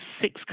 six